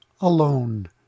alone